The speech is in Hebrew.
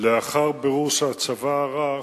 לאחר בירור שהצבא ערך,